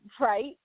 right